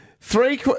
Three